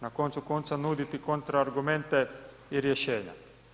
Na koncu konca, nuditi kontraargumente i rješenja.